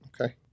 Okay